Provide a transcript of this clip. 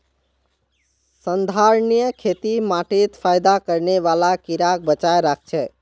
संधारणीय खेती माटीत फयदा करने बाला कीड़ाक बचाए राखछेक